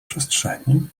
przestrzeni